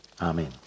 Amen